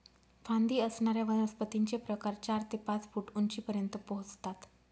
फांदी असणाऱ्या वनस्पतींचे प्रकार चार ते पाच फूट उंचीपर्यंत पोहोचतात